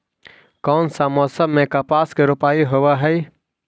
कोन सा मोसम मे कपास के रोपाई होबहय?